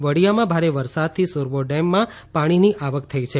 વડીયામાં ભારે વરસાદથી સુરબો ડેમમાં પાણીની આવક થઇ છે